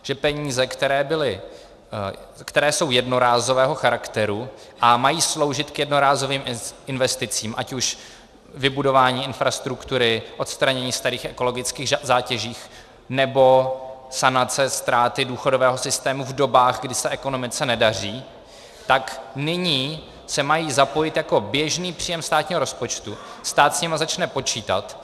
Že peníze, které jsou jednorázového charakteru a mají sloužit k jednorázovým investicím, ať už vybudování infrastruktury, odstranění starých ekologických zátěží, nebo sanace ztráty důchodového systému v dobách, kdy se ekonomice nedaří, tak nyní se mají zapojit jako běžný příjem státního rozpočtu, stát s nimi začne počítat.